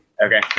Okay